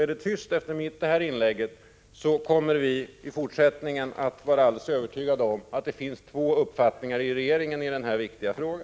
Är det tyst efter detta inlägg kommer vi i fortsättningen att vara övertygade om att det finns två uppfattningar i denna viktiga fråga.